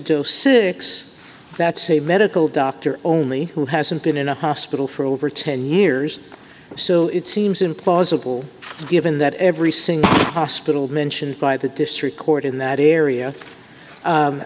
do six that's a medical doctor only who hasn't been in a hospital for over ten years so it seems implausible given that every single hospital mentioned by the district court in that area